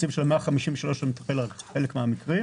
התקציב של 153 מיליון שקל מטפל רק בחלק מן המקרים.